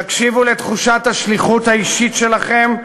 תקשיבו לתחושת השליחות האישית שלכם.